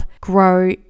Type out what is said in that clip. grow